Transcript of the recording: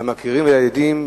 למכירים ולידידים.